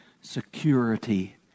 security